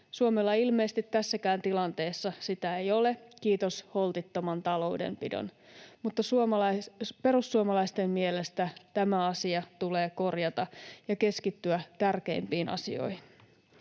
Suomella ilmeisesti tässäkään tilanteessa sitä ei ole, kiitos holtittoman taloudenpidon, mutta perussuomalaisten mielestä tämä asia tulee korjata ja keskittyä tärkeimpiin asioihin.